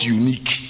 unique